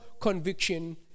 conviction